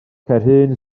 caerhun